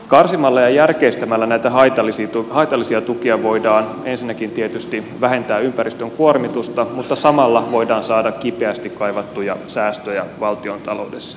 karsimalla ja järkeistämällä näitä haitallisia tukia voidaan ensinnäkin tietysti vähentää ympäristön kuormitusta mutta samalla voidaan saada kipeästi kaivattuja säästöjä valtiontaloudessa